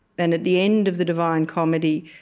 and at the end of the divine comedy,